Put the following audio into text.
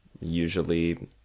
usually